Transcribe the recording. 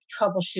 troubleshoot